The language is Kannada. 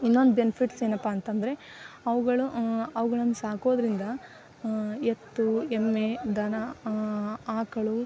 ಇನ್ನೊಂದು ಬೆನಿಫಿಟ್ಸ್ ಏನಪ್ಪ ಅಂತಂದರೆ ಅವುಗಳು ಅವ್ಗಳನ್ನು ಸಾಕೋದರಿಂದ ಎತ್ತು ಎಮ್ಮೆ ದನ ಆಕಳು